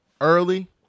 early